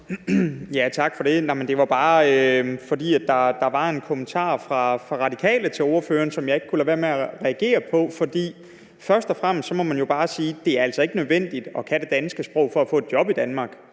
Tak for det. Det var bare, fordi der var en kommentar fra Radikale til ordføreren, som jeg ikke kunne lade være med at reagere på. For først og fremmest må man jo bare sige, at det altså ikke er nødvendigt at kunne det danske sprog for at få et job i Danmark,